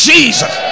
Jesus